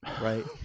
right